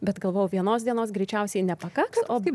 bet galvojau vienos dienos greičiausiai nepakaks o